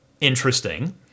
Interesting